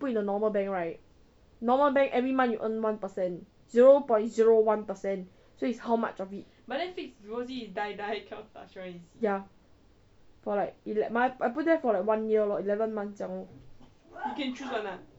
put in the normal bank right normal bank every month you earn one percent zero point zero one percent so it's how much of it ya for like eleven I put there for like one year lor eleven months 这样 lor